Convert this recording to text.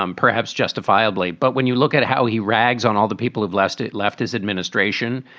um perhaps justifiably. but when you look at how he rags on all the people who've last left his administration,